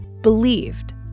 Believed